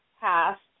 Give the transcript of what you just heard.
past